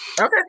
Okay